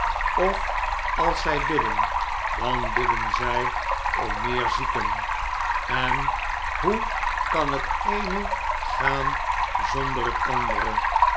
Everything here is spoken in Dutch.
of als zy bidden dan bidden zy om meer zieken en hoe kan het eene gaan zonder het andere